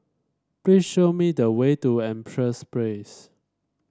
please show me the way to Empress Place